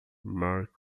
mark